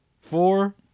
four